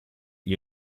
gli